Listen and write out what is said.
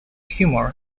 humor